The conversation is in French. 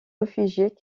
réfugiés